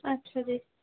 ਅੱਛਾ ਜੀ